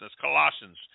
Colossians